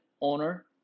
owner